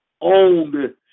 owned